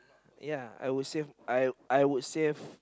ya I would save I I would save